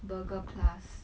burger plus